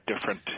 different